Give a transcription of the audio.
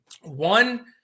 One